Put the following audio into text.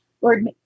Lord